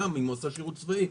אם הוא עשה שירות צבאי,